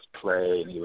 play